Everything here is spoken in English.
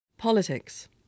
Politics